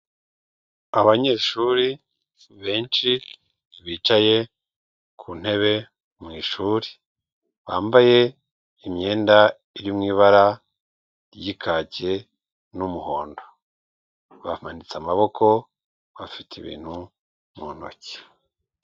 Abanyeshuri benshi bicaye ku ntebe mu ishuri bambaye imyenda iri mu ibara ry'ikake n'umuhondo, bamanitse amaboko bafite ibintu mu ntoki.